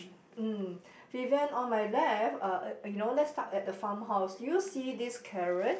mm Vivien on my left uh you know let's start at the farmhouse do you see this carrots